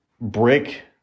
brick